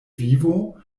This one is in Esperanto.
vivo